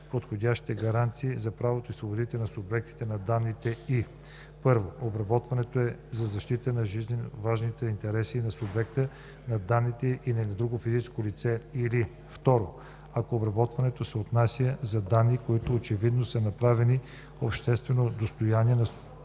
подходящи гаранции за правата и свободите на субекта на данни и: 1. обработването е за защита на жизненоважни интереси на субекта на данните или на друго физическо лице или 2. ако обработването се отнася за данни, които очевидно са направени обществено достояние от субекта